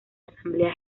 asamblea